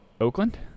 Oakland